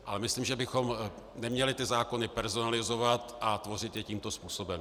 Ale myslím, že bychom neměli zákony personalizovat a tvořit je tímto způsobem.